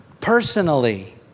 personally